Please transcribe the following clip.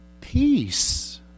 peace